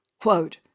quote